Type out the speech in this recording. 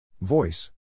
Voice